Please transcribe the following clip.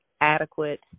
adequate